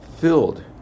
filled